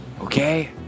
okay